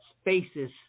spaces